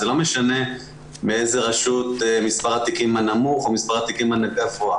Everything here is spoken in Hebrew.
זה לא משנה מאיזו רשות מספר התיקים הנמוך או מספר התיקים הגבוה.